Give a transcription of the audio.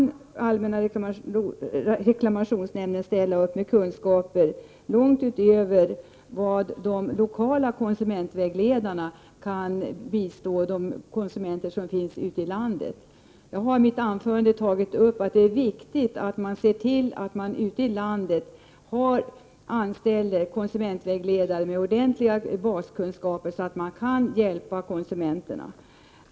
Allmänna reklamationsnämnden kan därvidlag ställa upp med kunskaper långt utöver de kunskaper som de lokala konsumentvägledarna kan bistå konsumenterna med ute i landet. I mitt anförande nämnde jag att det är viktigt att se till att man ute i landet anställer konsumentvägledare med ordentliga baskunskaper så att de verkligen kan hjälpa konsumenterna.